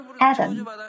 Adam